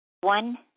One